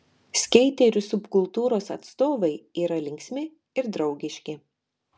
skeiterių subkultūros atstovai yra linksmi ir draugiški